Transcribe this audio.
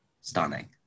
stunning